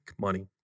money